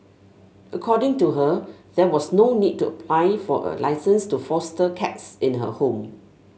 according to her there was no need to apply for a licence to foster cats in her home